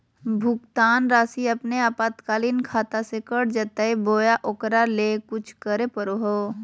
भुक्तान रासि अपने आपातकालीन खाता से कट जैतैय बोया ओकरा ले कुछ करे परो है?